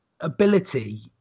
ability